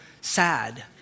sad